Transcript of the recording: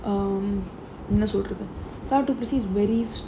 um என்ன சொல்றது:enna solrathu we have precise very